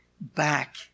back